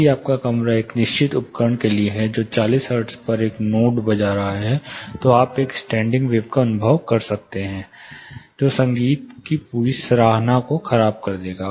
यदि आपका कमरा एक निश्चित उपकरण के लिए है जो 40 हर्ट्ज पर एक नोड बजा रहा है तो आप एक स्टैंडिंग वेव का अनुभव कर सकते हैं जो संगीत की पूरी सराहना को खराब कर देगा